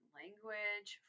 language